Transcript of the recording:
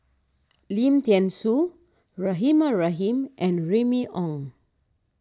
Lim thean Soo Rahimah Rahim and Remy Ong